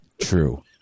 True